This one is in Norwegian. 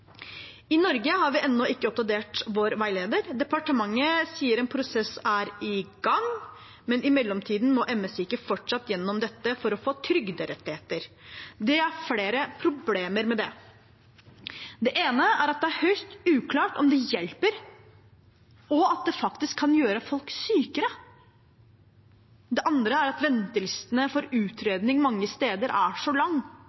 I Norge har vi ennå ikke oppdatert vår veileder. Departementet sier en prosess er i gang, men i mellomtiden må ME-syke fortsatt gjennom dette for å få trygderettigheter. Det er flere problemer med det. Det ene er at det er høyst uklart om det hjelper, og at det faktisk kan gjøre folk sykere. Det andre er at ventelistene for utredning mange steder er så